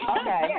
okay